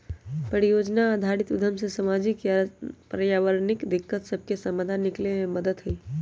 परिजोजना आधारित उद्यम से सामाजिक आऽ पर्यावरणीय दिक्कत सभके समाधान निकले में मदद मिलइ छइ